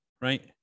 right